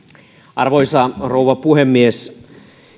arvoisa rouva puhemies